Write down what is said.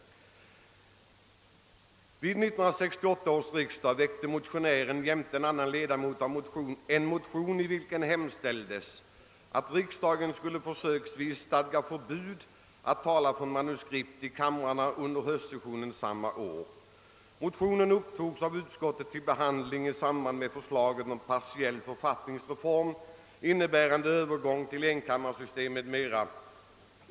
Konstitutionsutskottet skriver: »Vid 1968 års riksdag väckte motionären jämte en annan ledamot en motion, i vilken hemställdes, att riksdagen skulle försöksvis stadga förbud att tala från manuskript i kamrarna under höstsessionen samma år. Motionen upptogs av utskottet till behandling i samband med förslaget om partiell författningsreform, innebärande övergång till enkammarsystem m.m.